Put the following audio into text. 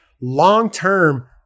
long-term